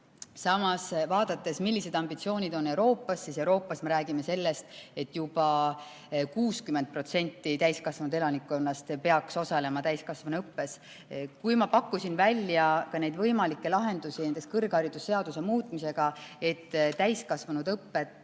Samas, kui vaadata, millised ambitsioonid on Euroopas, siis Euroopas me räägime sellest, et juba 60% täiskasvanud elanikkonnast peaks osalema täiskasvanuõppes. Kui ma pakkusin välja ka võimalikke lahendusi, muutes kõrgharidusseadust nii, et täiendkoolituses